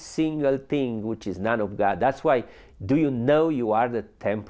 single thing which is not of god that's why do you know you are the temp